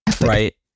Right